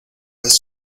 vez